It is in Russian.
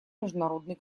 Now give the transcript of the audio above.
международный